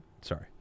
sorry